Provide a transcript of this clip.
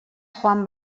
joan